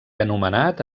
anomenat